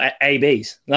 ABs